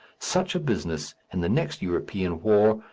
such a business, in the next european war,